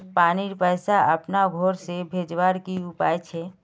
पानीर पैसा अपना घोर से भेजवार की उपाय छे?